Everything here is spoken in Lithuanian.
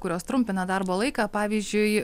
kurios trumpina darbo laiką pavyzdžiui